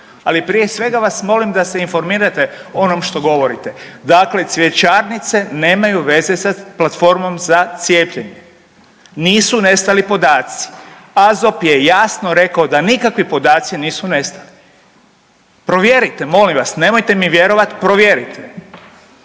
Ali prije svega vas molim da se informirate o onom što govorite. Dakle, cvjećarnice nemaju veze sa platformom za cijepljenje, nisu nestali podaci. AZOP je jasno rekao da nikakvi podaci nisu nestali, provjerite molim vas, nemojte mi vjerovat, provjerite.